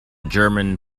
german